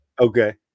Okay